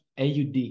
AUD